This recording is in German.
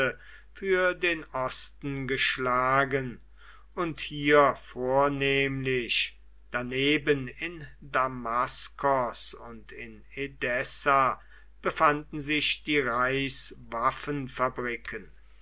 für den osten geschlagen und hier vornehmlich daneben in damaskos und in edessa befanden sich die